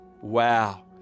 Wow